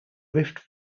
rift